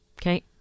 Okay